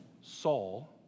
Saul